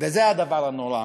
וזה הדבר הנורא.